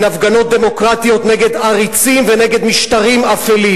הן הפגנות דמוקרטיות נגד עריצים ונגד משטרים אפלים,